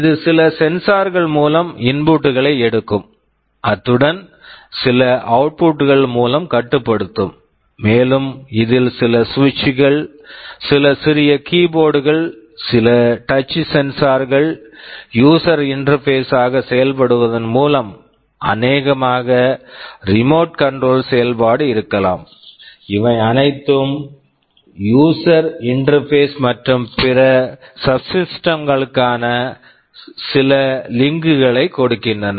இது சில sensor sensor கள் மூலம் இன்புட் input களை எடுக்கும் அத்துடன் இது சில அவுட்புட் output கள் மூலம் கட்டுப்படுத்தும் மேலும் இதில் சில சுவிட்சு switch கள் சில சிறிய கீ போர்டு keyboard கள் சில டச் சென்சார் touch sensor கள் யூசர் இன்டெர்பேஸ் user interface ஆக செயல்படுவதன் மூலம் அநேகமாக ரிமோட் கண்ட்ரோல் remote control செயல்பாடு இருக்கலாம் இவை அனைத்தும் யூசர் இன்டெர்பேஸ் user interface மற்றும் பிற சப்ஸிஸ்டெம்ஸ் subsystems களுக்கான சில லிங்க் link களை கொடுக்கின்றன